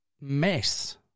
mess